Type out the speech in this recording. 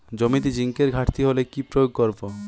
জমিতে জিঙ্কের ঘাটতি হলে কি প্রয়োগ করব?